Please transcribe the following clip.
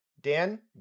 Dan